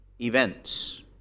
Events